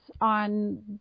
on